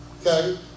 okay